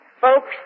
Folks